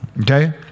Okay